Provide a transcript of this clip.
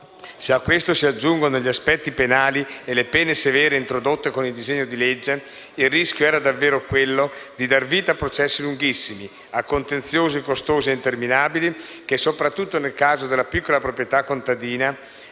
Se a questo si aggiungono gli aspetti penali e le pene severe introdotte con il disegno di legge in esame, il rischio era davvero quello di dar vita a processi lunghissimi e a contenziosi costosi e interminabili che, soprattutto nel caso della piccola proprietà contadina,